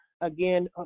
again